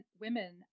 women